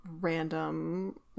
random